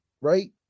right